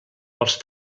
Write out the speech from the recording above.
els